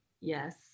Yes